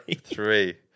Three